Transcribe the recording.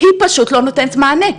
היא פשוט לא נותנת מענה,